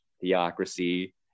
theocracy